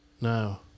No